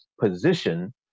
position